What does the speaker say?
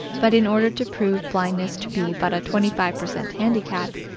but in order to prove blindness to be but a twenty five per cent handicap,